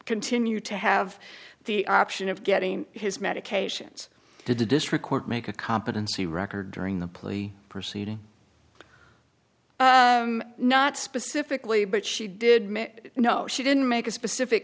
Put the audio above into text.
continue to have the option of getting his medications to the district court make a competency record during the plea proceeding not specifically but she did you know she didn't make a specific